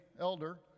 elder